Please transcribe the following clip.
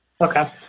Okay